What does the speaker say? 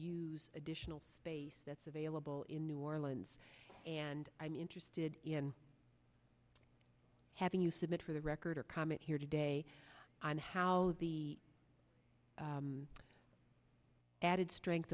use additional space that's available in new orleans and i'm interested in having you submit for the record or comment here today on how the added strength